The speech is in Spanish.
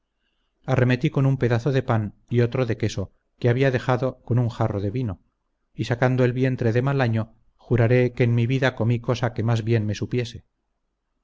arremetí con un pedazo de pan y otro de queso que había dejado con un jarro de vino y sacando el vientre de mal año juraré que en mi vida comí cosa que más bien me supiese